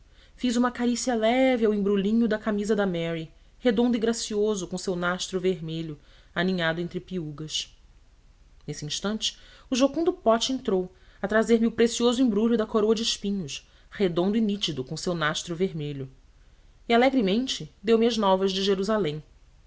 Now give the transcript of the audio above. fiz uma carícia leve ao embrulhinho da camisa de mary redondo e gracioso com o seu nastro vermelho aninhado entre peúgas neste instante o jucundo pote entrou a trazer-me o precioso embrulho da coroa de espinhos redondo e nítido com o seu nastro vermelho e alegremente deu-me as novas de jerusalém